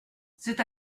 c’est